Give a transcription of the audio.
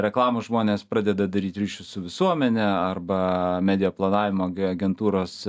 reklamos žmonės pradeda daryt ryšius su visuomene arba media planavimo agentūros